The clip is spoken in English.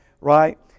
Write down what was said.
right